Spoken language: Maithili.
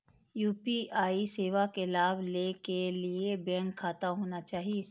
यू.पी.आई सेवा के लाभ लै के लिए बैंक खाता होना चाहि?